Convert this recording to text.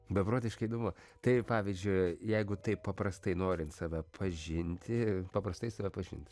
beprotiškai įdomu tai pavyzdžiui jeigu taip paprastai norint save pažinti paprastai save pažinti